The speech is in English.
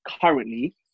currently